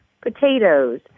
potatoes